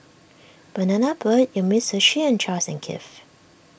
Banana Boat Umisushi and Charles and Keith